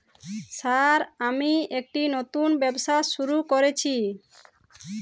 Sir আমি একটি নতুন ব্যবসা শুরু করেছি?